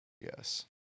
Yes